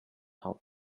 out